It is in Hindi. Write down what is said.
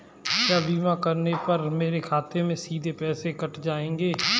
क्या बीमा करने पर मेरे खाते से सीधे पैसे कट जाएंगे?